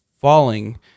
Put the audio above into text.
falling